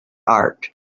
art